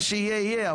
מה שיהיה יהיה,